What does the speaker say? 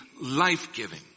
life-giving